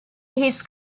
his